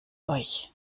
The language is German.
euch